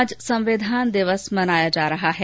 आज संविधान दिवस मनाया जा रहा है